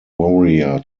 warrior